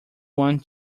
want